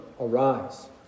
arise